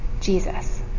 Jesus